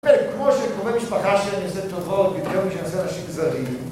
כן, כמו שלקרובי משפחה שאני עושה טובות יותר ממה שאני עושה לאנשים זרים